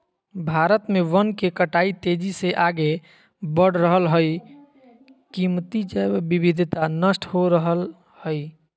भारत में वन के कटाई तेजी से आगे बढ़ रहल हई, कीमती जैव विविधता नष्ट हो रहल हई